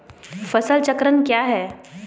फसल चक्रण क्या है?